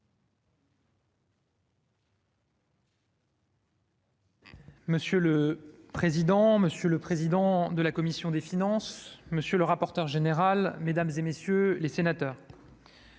Monsieur le président, monsieur le président de la commission des finances, monsieur le rapporteur général, mesdames, messieurs les sénateurs,